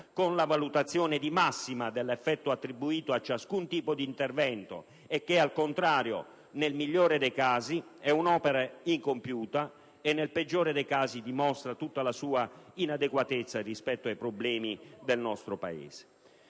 con la valutazione di massima dell'effetto attribuito a ciascun tipo di intervento e che, al contrario, nel migliore dei casi, è un'opera incompiuta, e nel peggiore dimostra tutta la sua inadeguatezza rispetto ai problemi del nostro Paese.